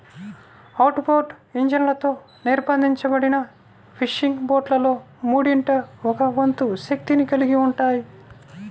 outboard ఇంజన్లతో నిర్బంధించబడిన fishing బోట్లలో మూడింట ఒక వంతు శక్తిని కలిగి ఉంటాయి